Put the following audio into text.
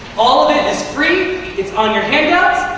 all of it is free. it's on your handouts.